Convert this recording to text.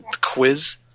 quiz